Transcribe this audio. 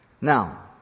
Now